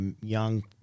young